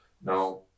now